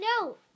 no